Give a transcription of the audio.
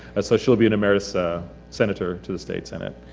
and so she'll be an emeritus ah senator to the state senate.